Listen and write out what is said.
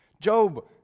Job